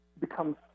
becomes